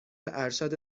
ارشد